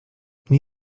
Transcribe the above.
nie